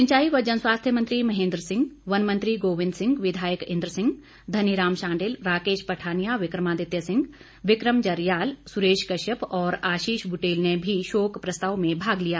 सिंचाई व जनस्वास्थ्य मंत्री महेंद्र सिंह वन मंत्री गोविंद सिंह विधायक इंद्र सिंह धनीराम शांडिल राकेश पठानिया विक्रमादित्य सिंह विक्रम जरियाल सुरेश कश्यप और आशीष बुटेल ने भी शोक प्रस्ताव में भाग लिया